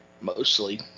mostly